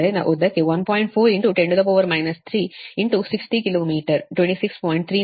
4 10 3 60 kilometre 26